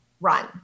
run